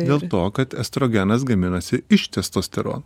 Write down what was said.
dėl to kad estrogenas gaminasi iš testosterono